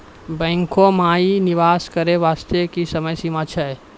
बैंको माई निवेश करे बास्ते की समय सीमा छै?